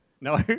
No